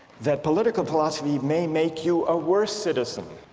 that political philosophy may make you a worse citizen